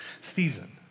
season